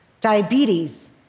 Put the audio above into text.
diabetes